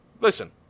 Listen